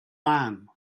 man